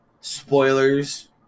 spoilers